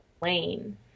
lane